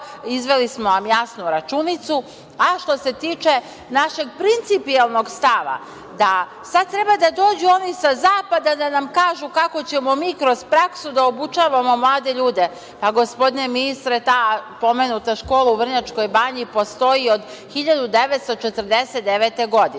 Izveli smo vam jasnu računicu. Što se tiče našeg principijelnog stava da sada treba da dođu oni sa zapada da nam kažu kako ćemo mi kroz praksu da obučavamo mlade ljude, gospodine ministre, ta pomenuta škola u Vrnjačkoj banji postoji od 1949. godine.